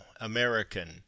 American